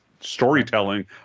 storytelling